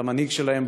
אז המנהיג שלהם,